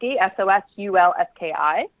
S-O-S-U-L-S-K-I